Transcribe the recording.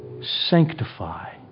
sanctify